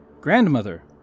Grandmother